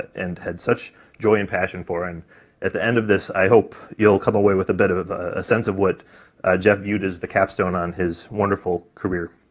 and had such joy and passion for, and at the end of this i hope you'll come away with a bit of of a sense of what jeff viewed as the capstone on his wonderful career.